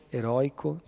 eroico